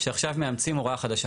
שעכשיו מאמצים הוראה חדשה.